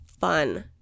fun